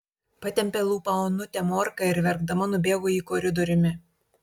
patempė lūpą onutė morka ir verkdama nubėgo į koridoriumi